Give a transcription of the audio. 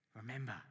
remember